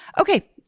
Okay